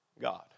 God